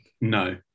No